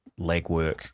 legwork